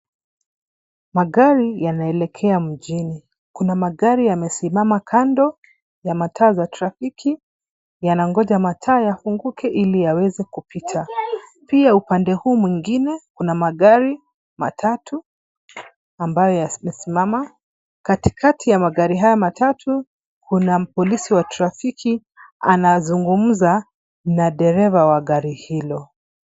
Magari yanaelekea mjini. Kuna magari yamesimama kando ya mataa za trafiki, yanangoja mataa yahunguke ili yaweze kupita. Pia upande huu mwingine kuna magari matatu ambayo yasmemesmama. Katikati ya magari haya matatu, kuna mpolisi ya trafiki anazungumza na dereva wa gari hilo.